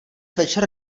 večer